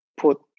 Put